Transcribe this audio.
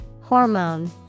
Hormone